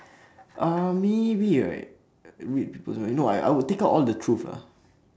uh maybe right weird people right no I would take out all the truth ah